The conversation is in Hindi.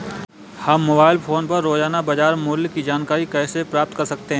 हम मोबाइल फोन पर रोजाना बाजार मूल्य की जानकारी कैसे प्राप्त कर सकते हैं?